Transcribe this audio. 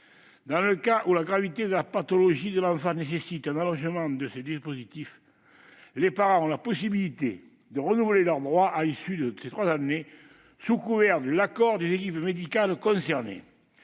Dans le cas où la gravité de la pathologie de l'enfant nécessite un allongement de ces dispositifs, les parents ont la possibilité de renouveler leurs droits à l'issue de ces trois années, sous réserve de l'accord des équipes médicales concernées.